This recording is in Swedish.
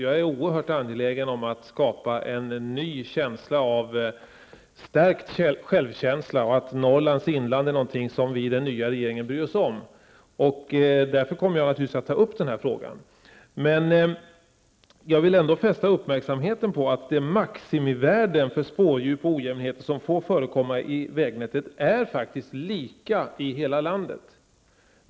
Jag är oerhört angelägen om att människorna i Norrlands inland får en stärkt självkänsla och att de skall förstå att vi i den nya regeringen bryr oss om denna landsdel. Därför kommer jag att ta upp denna fråga. Men jag vill ändå fästa uppmärksamheten på att de maximivärden för spårdjup och ojämnheter som får förekomma i vägnätet faktiskt är lika i hela landet.